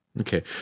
Okay